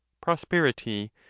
prosperity